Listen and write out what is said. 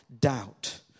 doubt